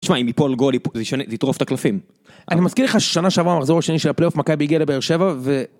תשמע אם יפול גול זה יטרוף את הקלפים. אני מזכיר לך שנה שעבר מחזור השני של הפליופ מכבי הגיעה לבאר שבע ו...